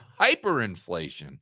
hyperinflation